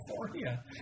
California